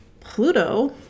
Pluto